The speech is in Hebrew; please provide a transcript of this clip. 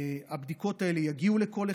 שהבדיקות האלה יגיעו לכל אחד,